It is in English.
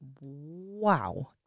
Wow